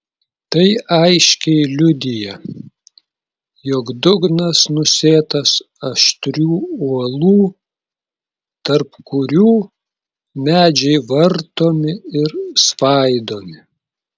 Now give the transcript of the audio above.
tai aiškiai liudija jog dugnas nusėtas aštrių uolų tarp kurių medžiai vartomi ir svaidomi